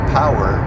power